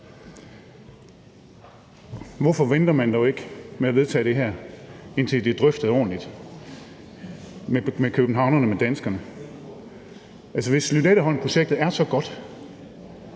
Hvorfor venter man dog ikke med at vedtage det her, indtil det er drøftet ordentligt med københavnerne, med danskerne? Altså, hvis Lynetteholmprojektet er så godt,